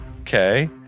Okay